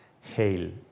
Hail